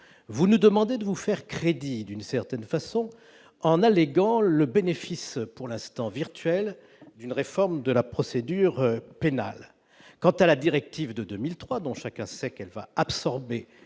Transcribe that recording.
vous nous demandez de vous faire crédit, d'une certaine façon, en alléguant le bénéfice pour l'instant virtuelle d'une réforme de la procédure pénale, quant à la directive de 2003, dont chacun sait qu'elle va absorber